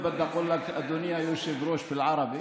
אדוני היושב-ראש (אומר בערבית: